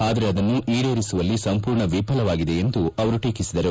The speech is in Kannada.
ಆದರೆ ಅದನ್ನು ಈಡೇರಿಸುವಲ್ಲಿ ಸಂಪೂರ್ಣ ವಿಫಲವಾಗಿದೆ ಎಂದು ಅವರು ಟೀಕಿಸಿದರು